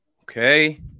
Okay